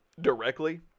directly